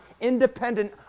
independent